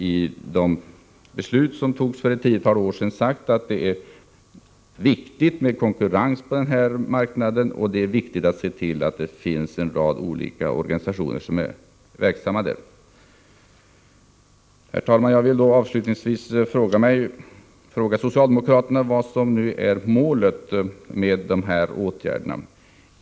I det beslut som fattades för ett tiotal år sedan sades ju att det är viktigt att skapa konkurrens på denna marknad och att se till att det finns en rad olika organisationer som är verksamma där. Herr talman! Jag vill avslutningsvis fråga socialdemokraterna vad som är målet när det gäller dessa åtgärder.